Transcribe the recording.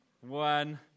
One